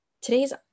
Today's